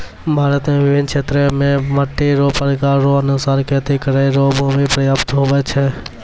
भारत मे बिभिन्न क्षेत्र मे मट्टी रो प्रकार रो अनुसार खेती करै रो भूमी प्रयाप्त हुवै छै